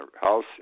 House